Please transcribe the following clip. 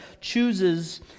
chooses